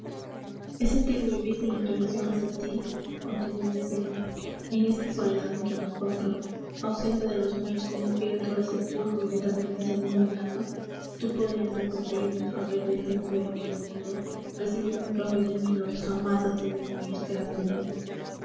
he sentido vivísima inclinación hacia ti continuó el anciano en esta soledad en que me encuentro ausente de los míos con un pie dentro del sepulcro y la eternidad llamando a mi alma tú podrías ser consuelo inefable de este anciano moribundo recibiendo en cambio de mí lo que jamás has tenido ni esperas tener